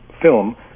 film